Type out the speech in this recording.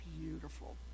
beautiful